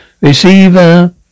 Receiver